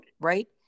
right